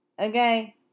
okay